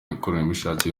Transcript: mikoreshereze